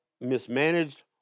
mismanaged